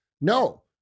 No